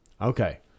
Okay